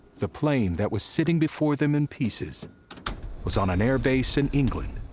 the plane that was sitting before them in pieces was on an airbase in england,